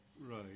Right